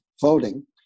voting